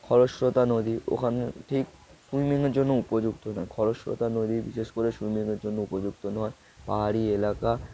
খরশ্রোতা নদী ওখানে ঠিক সুইমিংয়ের জন্য উপযুক্ত নয় খরশ্রোতা নদী বিশেষ করে সুইমিংয়ের জন্য উপযুক্ত নয় পাহাড়ি এলাকা